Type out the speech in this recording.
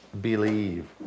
believe